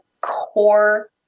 core